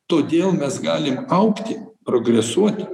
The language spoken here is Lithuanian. todėl mes galim augti progresuoti